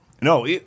No